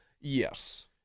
Yes